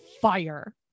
fire